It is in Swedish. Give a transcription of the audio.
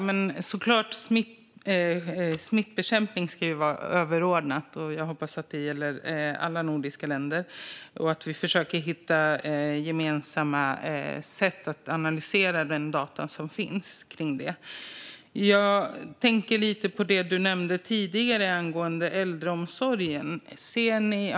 Herr talman! Smittbekämpning ska såklart vara överordnat. Jag hoppas att det gäller i alla nordiska länder och att vi försöker hitta gemensamma sätt att analysera den data som finns. Jag tänker på det statsrådet nämnde tidigare angående äldreomsorgen.